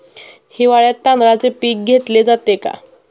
हिवाळ्यात तांदळाचे पीक घेतले जाते का?